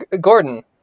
Gordon